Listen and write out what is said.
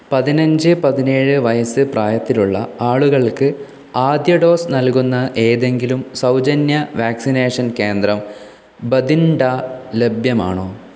പതിനഞ്ച് പതിനേഴ് വയസ്സ് പ്രായത്തിലുള്ള ആളുകൾക്ക് ആദ്യ ഡോസ് നൽകുന്ന ഏതെങ്കിലും സൗജന്യ വാക്സിനേഷൻ കേന്ദ്രം ബതിൻഡ ലഭ്യമാണോ